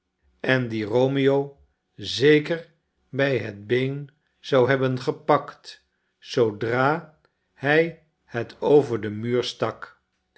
en die romeo zeker bij het been zou hebben gepakt zoodra hij het over den muur stak